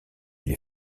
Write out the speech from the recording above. les